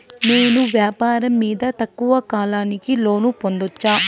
నేను వ్యాపారం మీద తక్కువ కాలానికి లోను పొందొచ్చా?